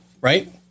right